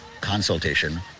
consultation